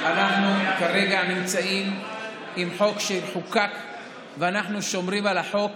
כרגע נמצאים עם חוק שיחוקק ואנחנו שומרים על החוק.